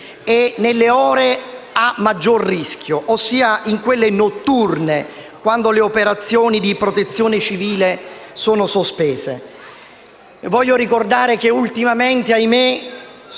nelle ore a maggior rischio, ossia quelle notturne, quando le operazioni di protezione civile sono sospese. Voglio ricordare che ultimamente - ahimè